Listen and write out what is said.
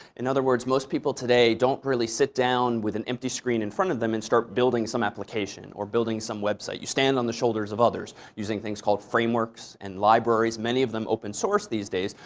in other words, most people today don't really sit down with an empty screen in front of them and start building some application or building some website. you stand on the shoulders of others using things called frameworks and libraries, many of them open source these days.